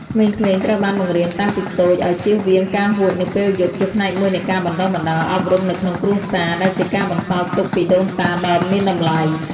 ក្មេងៗត្រូវបានបង្រៀនតាំងពីតូចឲ្យជៀសវាងការហួចនៅពេលយប់ ជាផ្នែកមួយនៃការបណ្ដុះបណ្ដាលអប់រំនៅក្នុងគ្រួសារ ដែលជាការបន្សល់ទុកពីដូនតាដ៏មានតម្លៃ។